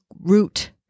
root